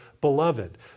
beloved